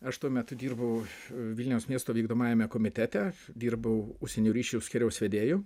aš tuo metu dirbau vilniaus miesto vykdomajame komitete dirbau užsienio ryšių skyriaus vedėju